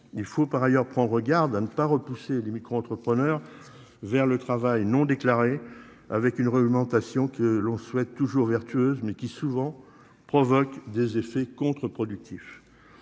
Il faut par ailleurs prend regarde ne pas repousser les micro-entrepreneurs. Vers le travail non déclaré avec une réglementation, que l'on souhaite toujours vertueuse mais qui souvent provoque des effets contre-productifs.